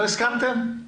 לא הסכמתם?